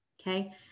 Okay